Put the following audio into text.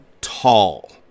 tall